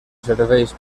serveis